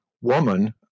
woman